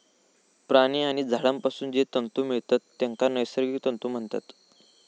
प्राणी आणि झाडांपासून जे तंतु मिळतत तेंका नैसर्गिक तंतु म्हणतत